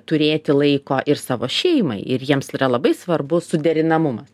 turėti laiko ir savo šeimai ir jiems yra labai svarbu suderinamumas